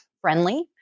friendly